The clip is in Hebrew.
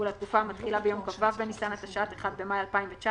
ולתקופה המתחילה ביום כ"ו בניסן התשע"ט (1 במאי 2019)